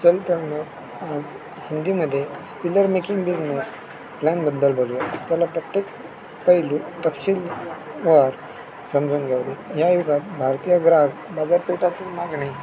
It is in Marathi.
चल तर मग आज हिंदीमध्ये स्पिलर मेकिंग बिझनेस प्लॅनबद्दल बोलूया चला प्रत्येक पैलू तपशील वार समजून घेऊया युगात भारतीय ग्राहक बाजारपेठेतील मागणी